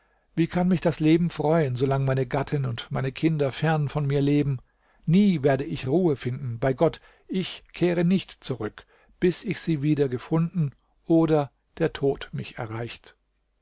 wie kann mich das leben freuen solange meine gattin und meine kinder fern von mir leben nie werde ich ruhe finden bei gott ich kehre nicht zurück bis ich sie wieder gefunden oder der tod mich erreicht